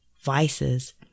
vices